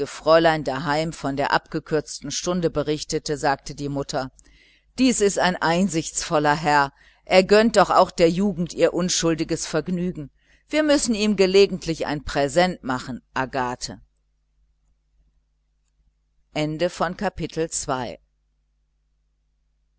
fräulein daheim von der abgekürzten stunde berichtete sagte die mutter dies ist ein einsichtsvoller herr er gönnt doch auch der jugend ihr unschuldiges vergnügen wir müssen ihm gelegentlich ein präsent machen agathe